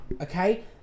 okay